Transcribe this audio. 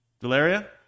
Delaria